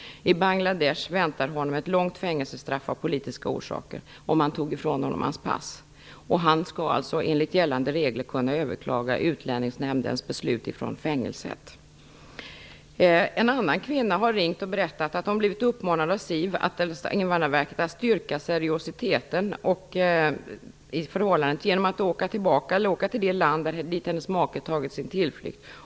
I Bangladesh väntar honom ett långt fängelsestraff av politiska orsaker, och man har tagit ifrån honom hans pass. Han skall alltså enligt gällande regler kunna överklaga Utlänningsnämndens beslut från fängelset. En annan kvinna har ringt och berättat att hon har blivit uppmanad av Invandrarverket att styrka seriositeten i sitt förhållande genom att åka till det land dit hennes make har tagit sin tillflykt.